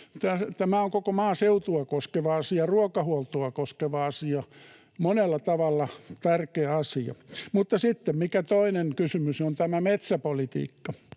Tämä on koko maaseutua koskeva asia, ruokahuoltoa koskeva asia, monella tavalla tärkeä asia. Mutta sitten toinen kysymys on tämä metsäpolitiikka.